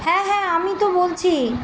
হ্যাঁ হ্যাঁ আমি তো বলছি